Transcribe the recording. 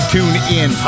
TuneIn